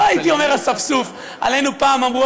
לא הייתי אומר "אספסוף"; עלינו פעם אמרו